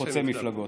חוצה מפלגות.